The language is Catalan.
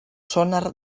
sonar